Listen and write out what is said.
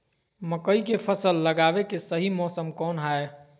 मकई के फसल लगावे के सही मौसम कौन हाय?